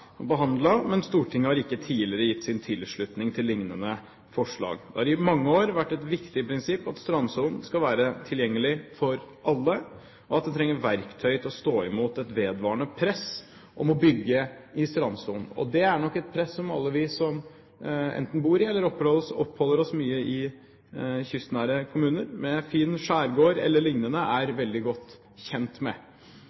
og behandlet, men Stortinget har ikke tidligere gitt sin tilslutning til lignende forslag. Det har i mange år vært et viktig prinsipp at strandsonen skal være tilgjengelig for alle, og at en trenger verktøy til å stå imot et vedvarende press om å bygge i strandsonen. Det er nok et press som alle vi som enten bor eller oppholder oss mye i kystnære kommuner med fin skjærgård e.l., er